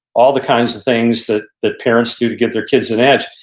all the kinds of things that that parents do to give their kids an edge.